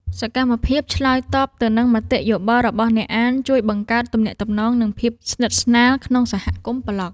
សកម្មភាពឆ្លើយតបទៅនឹងមតិយោបល់របស់អ្នកអាន ជួយបង្កើតទំនាក់ទំនង និងភាពស្និទ្ធស្នាលក្នុងសហគមន៍ប្លក់។